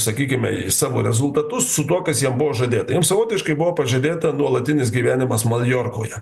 sakykime savo rezultatus su tuo kas jiem buvo žadėta jiem savotiškai buvo pažadėta nuolatinis gyvenimas maljorkoje